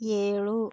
ಏಳು